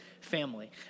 family